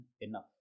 enough